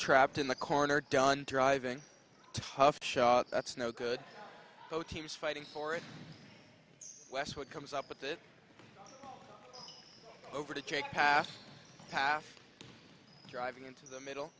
trapped in the corner done thriving tough shot that's no good teams fighting for it wes what comes up with it over to take past half driving into the middle